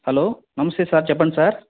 hello నమస్తే sir చెప్పండి sir